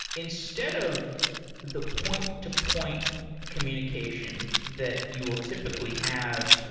instead of the point-to-point communication that you will typically have,